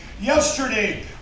Yesterday